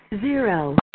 Zero